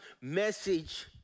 message